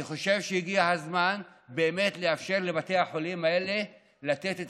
אני חושב שהגיע הזמן באמת לאפשר לבתי החולים האלה לתת את